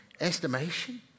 estimation